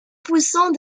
poussant